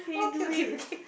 okay okay okay